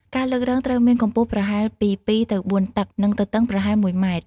ការលើករងត្រូវមានកម្ពស់ប្រហែលពី ២ ទៅ ៤ តឹក និងទទឹងប្រហែល ១ ម៉ែត្រ។